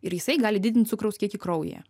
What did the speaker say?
ir jisai gali didint cukraus kiekį kraujyje